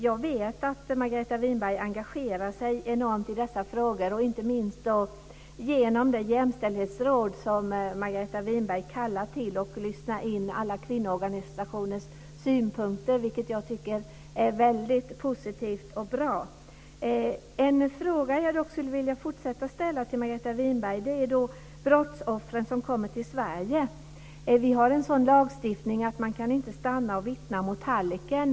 Jag vet att Margareta Winberg engagerar sig enormt i dessa frågor inte minst genom det jämställdhetsråd som Margareta Winberg kallar till och lyssnar in alla kvinnoorganisationers synpunkter, vilket jag tycker är väldigt positivt och bra. En fråga dock skulle jag vilja ställa till Margareta Winberg. Det gäller brottsoffer som kommer till Sverige. Vi har en sådan lagstiftning att man inte kan stanna och vittna mot hallicken.